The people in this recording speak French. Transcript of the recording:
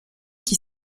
qui